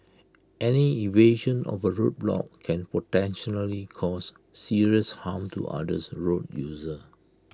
any evasion of A road block can potentially cause serious harm to other's road users